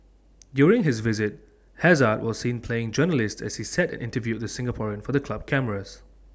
during his visit hazard was seen playing journalist as he sat and interviewed the Singaporean for the club cameras